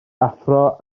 athro